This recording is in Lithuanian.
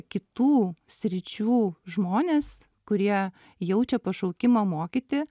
kitų sričių žmonės kurie jaučia pašaukimą mokyti